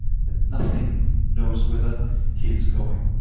and nothing knows whither he is going.